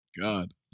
God